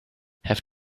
have